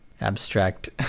abstract